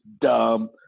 dumb